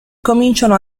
cominciano